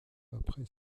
après